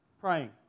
praying